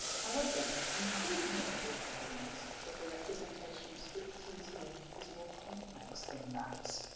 however, you could make the argument that the representation of striptease here is more complex than that.